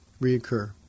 reoccur